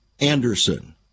Anderson